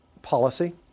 policy